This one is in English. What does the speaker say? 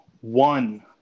one